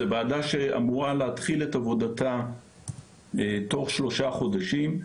זו וועדה שאמורה להתחיל את עבודתה תוך שלושה חודשים,